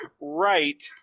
right